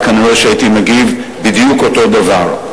וכנראה הייתי מגיב בדיוק אותו הדבר.